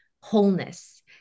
wholeness